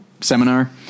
seminar